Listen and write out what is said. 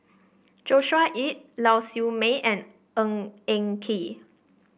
Joshua Ip Lau Siew Mei and Ng Eng Kee